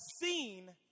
seen